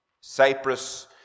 Cyprus